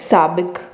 साबिक़ु